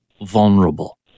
vulnerable